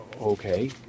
okay